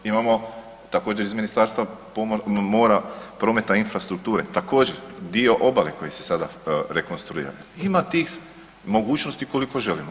Imamo također iz Ministarstva mora, prometa i infrastrukture također dio obale koji se sada rekonstruira, ima tih mogućnosti koliko želimo.